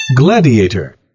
gladiator